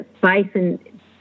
bison